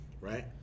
Right